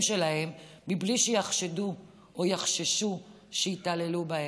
שלהם בלי שיחשדו או יחששו שיתעללו בהם.